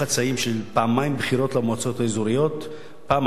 פעמיים בחירות למועצות האזוריות: פעם אחת של חצי,